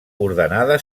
ordenada